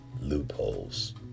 loopholes